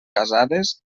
casades